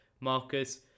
Marcus